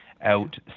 out